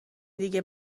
دیگه